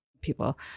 People